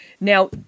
Now